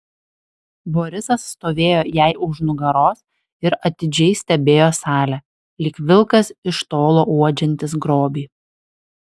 borisas stovėjo jai už nugaros ir atidžiai stebėjo salę lyg vilkas iš tolo uodžiantis grobį